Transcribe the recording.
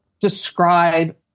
describe